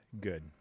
good